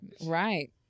Right